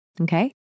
Okay